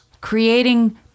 Creating